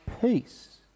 peace